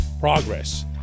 progress